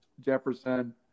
Jefferson